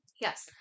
Yes